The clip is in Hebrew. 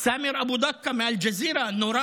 סאמר אבו דקה מאל-ג'זירה נורה